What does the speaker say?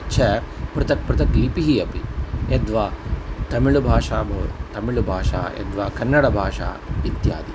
च पृथक् पृथक् लिपिः अपि यद्वा तमिळुभाषा भवतु तमिळुभाषा यद्वा कन्नडभाषा इत्यादि